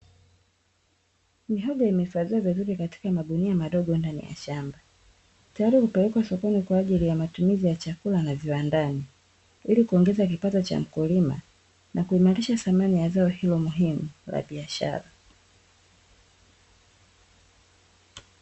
Mihogo imehifadhiwa vizuri katika magunia madogo ndani ya shamba, tayari kupelekwa sokoni kwa ajili ya matumizi ya chakula na viwandani, ili kuongeza kipato cha mkulima, na kuimarisha thamani ya zao hilo muhimu la biashara.